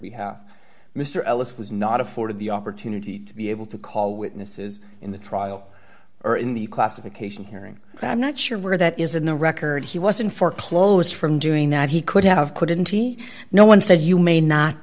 behalf mr ellis was not afforded the opportunity to be able to call witnesses in the trial or in the classification hearing i'm not sure where that is in the record he was in for close from doing that he could have put it in t no one said you may not